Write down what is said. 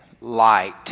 light